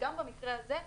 וגם במקרה הזה,